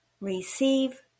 receive